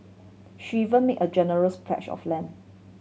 she even made a generous pledge of land